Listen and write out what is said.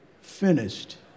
finished